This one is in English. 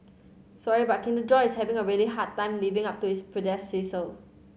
sorry but Kinder Joy is having a really hard time living up to its predecessor